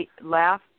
laugh